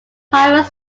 private